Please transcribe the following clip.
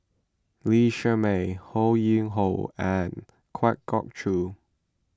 Lee Shermay Ho Yuen Hoe and Kwa Geok Choo